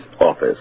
office